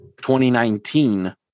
2019